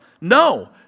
No